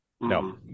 No